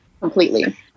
completely